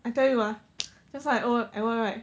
I tell you you that's why I old I want right